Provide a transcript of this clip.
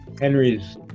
Henry's